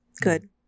Good